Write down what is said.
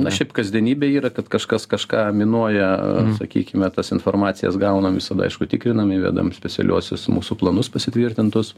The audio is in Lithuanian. na šiaip kasdienybė yra kad kažkas kažką minuoja sakykime tas informacijas gaunam visada aišku tikrinam įvedam specialiuosius mūsų planus pasitvirtintus